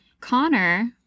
Connor